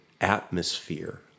atmosphere